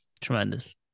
Tremendous